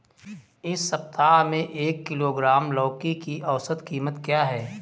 इस सप्ताह में एक किलोग्राम लौकी की औसत कीमत क्या है?